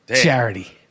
charity